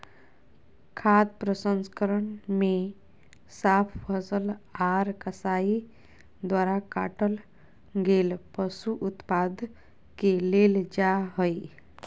खाद्य प्रसंस्करण मे साफ फसल आर कसाई द्वारा काटल गेल पशु उत्पाद के लेल जा हई